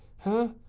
huh?